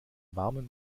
warmen